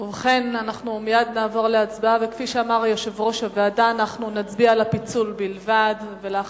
הצעת ועדת העבודה, הרווחה והבריאות בדבר